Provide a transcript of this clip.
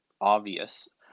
obvious